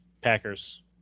Packers